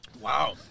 Wow